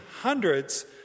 hundreds